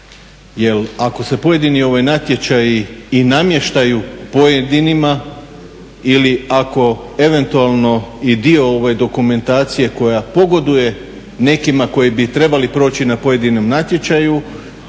ako se pojedini natječaji i namještaju pojedinima ili ako eventualno i dio ove dokumentacije koja pogoduje nekima koji bi trebali proći na pojedinom natječaju